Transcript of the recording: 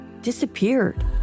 disappeared